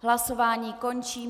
Hlasování končím.